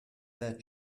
that